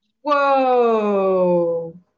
Whoa